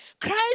Christ